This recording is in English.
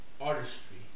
artistry